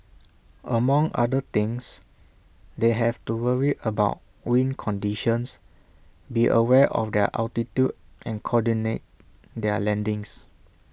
among other things they have to worry about wind conditions be aware of their altitude and coordinate their landings